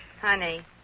Honey